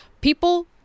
People